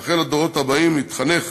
אני מאחל לדורות הבאים להתחנך